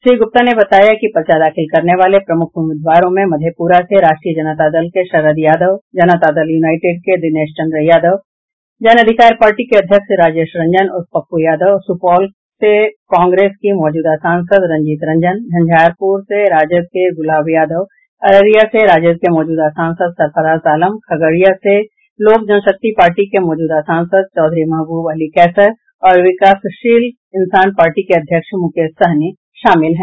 श्री गुप्ता ने बताया कि पर्चा दाखिल करने वाले प्रमुख उम्मीदवारों में मधेपुरा से राष्ट्रीय जनता दल के शरद यादव जनता दल यूनाइटेड के दिनेश चंद्र यादव जन अधिकार पार्टी के अध्यक्ष राजेश रंजन उर्फ पप्पू यादव सूपौल से कांग्रेस की मौजूदा सांसद रंजीत रंजन झंझारपुर से राजद के गुलाब यादव अररिया से राजद के मौजूदा सांसद सरफराज आलम खगड़िया से लोक जनशक्ति पार्टी के मौजूदा सांसद चौधरी महबूब अली कैसर और विकासशील इंसान पार्टी के अध्यक्ष मुकेश सहनी शामिल हैं